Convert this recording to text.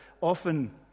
often